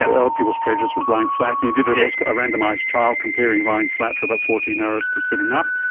and other people's prejudice was lying flat, and you did and called a randomised trial, comparing lying flat for about fourteen hours to sitting up.